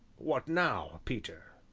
what now, peter?